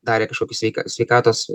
darė kažkokius sveika sveikatos